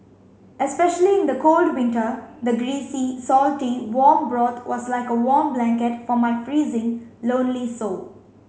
especially in the cold winter the greasy salty warm broth was like a warm blanket for my freezing lonely soul